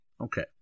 Okay